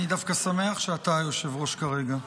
אני דווקא שמח שאתה היושב-ראש כרגע.